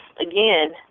again